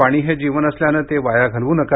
पाणी हे जीवन असल्यानं ते वाया घालवू नका